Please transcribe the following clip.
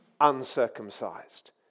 uncircumcised